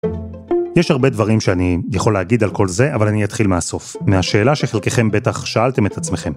יש הרבה דברים שאני יכול להגיד על כל זה, אבל אני אתחיל מהסוף, מהשאלה שחלקכם בטח שאלתם את עצמכם.